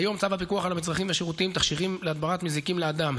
כיום צו הפיקוח על מצרכים ושירותים (תכשירים להדברת מזיקים לאדם),